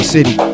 City